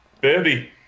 Baby